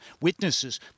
Witnesses